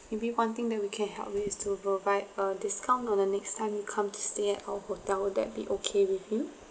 maybe one thing that we can help is to provide a discount on the next time you come to stay at our hotel will that be okay with you